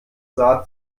sah